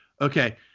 okay